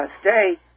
Stay